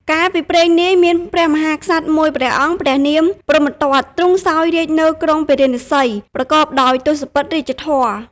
កាលពីព្រេងនាយ មានព្រះមហាក្សត្រមួយព្រះអង្គព្រះនាមព្រហ្មទត្ត ទ្រង់សោយរាជ្យនៅក្រុងពារាណសី ប្រកបដោយទសពិធរាជធម៌។